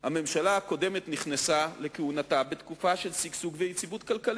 אלא שהממשלה הקודמת גם נכנסה לכהונתה בתקופה של שגשוג ויציבות כלכלית.